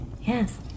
Yes